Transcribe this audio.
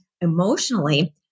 emotionally